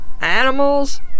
animals